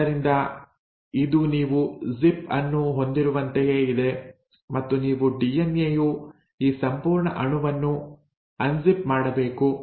ಆದ್ದರಿಂದ ಇದು ನೀವು ಜಿಪ್ ಅನ್ನು ಹೊಂದಿರುವಂತೆಯೇ ಇದೆ ಮತ್ತು ನೀವು ಡಿಎನ್ಎ ಯ ಈ ಸಂಪೂರ್ಣ ಅಣುವನ್ನು ಅನ್ಜಿಪ್ ಮಾಡಬೇಕು